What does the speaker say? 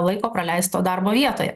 laiko praleisto darbo vietoje